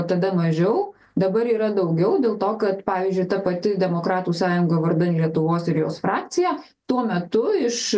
tada mažiau dabar yra daugiau dėl to kad pavyzdžiui ta pati demokratų sąjunga vardan lietuvos ir jos frakcija tuo metu iš